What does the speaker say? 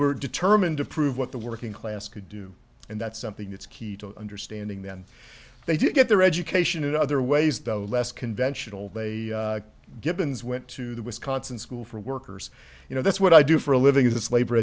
were determined to prove what the working class could do and that's something that's key to understanding then they did get their education in other ways the less conventional they givens went to the wisconsin school for workers you know that's what i do for a living is this labor